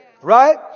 Right